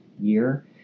year